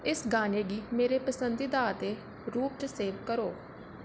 इस गाने गी मेरे पसंदीदा दे रूप च सेव करो